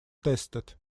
tested